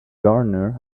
gardener